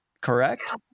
correct